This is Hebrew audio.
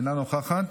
אינה נוכחת,